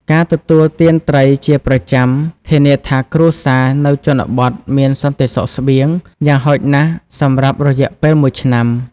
ការទទួលទានត្រីជាប្រចាំធានាថាគ្រួសារនៅជនបទមាន សន្តិសុខស្បៀង យ៉ាងហោចណាស់សម្រាប់រយៈពេលមួយឆ្នាំ។